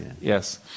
yes